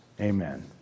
Amen